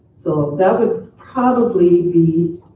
so that would probably be